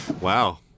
Wow